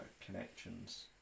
connections